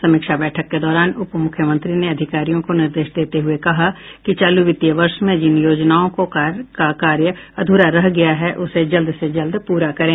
समीक्षा बैठक के दौरान उप मुख्यमंत्री ने अधिकारियों को निर्देश देते हुये कहा है कि चालू वित्तीय वर्ष में जिन योजनाओं का कार्य अधूरा रह गया है उसे जल्द से जल्द पूरा करें